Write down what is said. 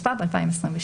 התשפ"ב-2022"